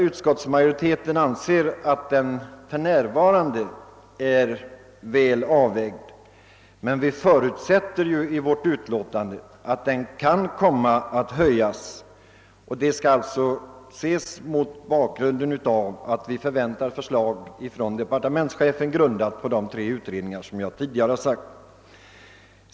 Utskottsmajoriteten anser att den för närvarande är väl avvägd, men vi förutsätter i vårt betänkande att den kan komma att höjas. Detta kommer att ske mot bakgrunden av att vi förväntar förslag från departementschefen, grundat på de tre utredningar jag tidigare nämnt.